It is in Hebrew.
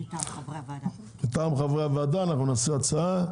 מטעם חברי הוועדה אנחנו נעשה הצעה.